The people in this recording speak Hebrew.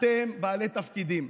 אתם בעלי תפקידים,